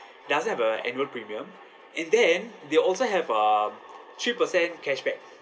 doesn't have a annual premium and then they also have um three percent cashback